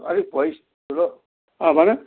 अलिक भोइस ठुलो भन